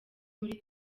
muri